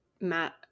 Matt